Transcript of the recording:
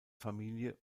familie